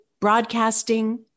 broadcasting